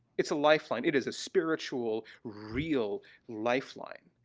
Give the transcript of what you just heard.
it's a lifeline, it is a spiritual real lifeline,